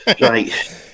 right